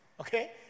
Okay